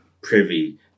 privy